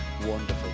Wonderful